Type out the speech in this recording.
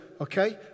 okay